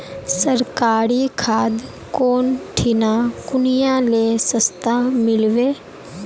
सरकारी खाद कौन ठिना कुनियाँ ले सस्ता मीलवे?